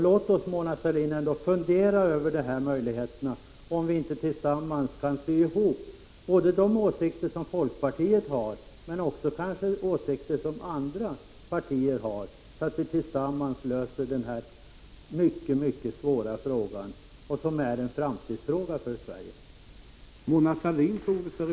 Låt oss, Mona Sahlin, ändå fundera över möjligheterna att sy ihop socialdemokraternas åsikter på det här området med både folkpartiets och kanske andra partiers uppfattningar, så att vi tillsammans löser det här mycket svåra problemet, som berör en framtidsfråga för Sverige.